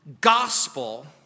gospel